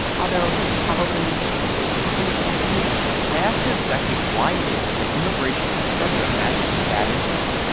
although it's probably reaching a peak i asked her exactly why it is that immigration is such a magnet for bad info.